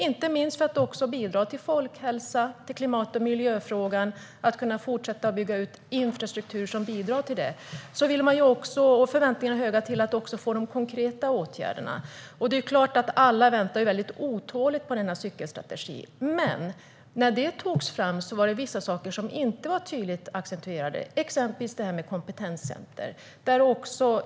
Det handlar inte minst om att bidra till folkhälsan, om klimat och miljöfrågan och om att kunna fortsätta att bygga ut infrastrukturen. Förväntningarna är också höga på att få till konkreta åtgärder. Alla väntar otåligt på denna cykelstrategi. Men när det togs fram var det vissa saker som inte var tydligt accentuerade, exempelvis detta med kompetenscenter.